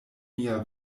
mia